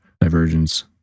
divergence